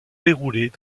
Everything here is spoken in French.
déroulées